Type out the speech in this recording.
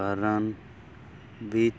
ਕਰਨ ਵਿੱਚ